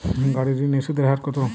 গাড়ির ঋণের সুদের হার কতো?